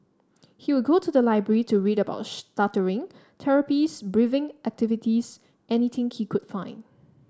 he would go to the library to read about stuttering therapies breathing activities anything he could find